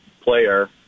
player